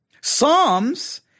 Psalms